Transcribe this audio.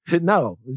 No